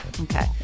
Okay